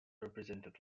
represented